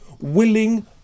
willing